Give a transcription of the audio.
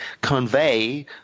convey